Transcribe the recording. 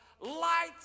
light